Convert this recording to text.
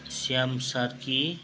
Shyam Sarki